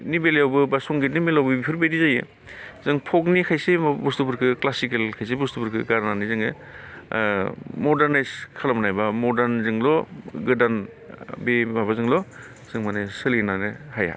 नि बेलायावबो बा संगितनि बेलायावबो बेफोरबायदि जायो जों फ'कनि खायसे माबा बुस्तुफोरखौ क्लासिकेल खायसे बुस्तुफोरखौ गारनानै जोङो मदार्नायज खालामनायबा बा मदार्नजोंल' गोदान बे माबाजोंल' जों माने सोलिलांनो हाया